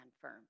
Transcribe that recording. firm